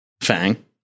FANG